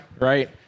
right